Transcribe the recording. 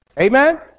Amen